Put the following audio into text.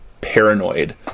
paranoid